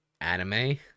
anime